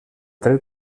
dret